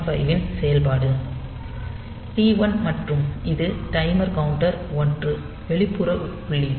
5 இன் செயல்பாடு T1 மற்றும் இது டைமர் கவுண்டர் 1 வெளிப்புற உள்ளீடு